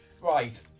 Right